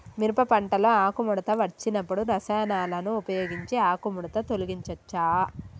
మిరప పంటలో ఆకుముడత వచ్చినప్పుడు రసాయనాలను ఉపయోగించి ఆకుముడత తొలగించచ్చా?